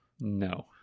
No